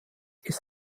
ist